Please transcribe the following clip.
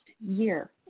year